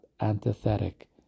antithetic